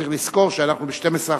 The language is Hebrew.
צריך לזכור שאנחנו בשתים-עשרה,